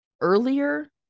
earlier